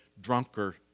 drunker